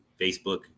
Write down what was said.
Facebook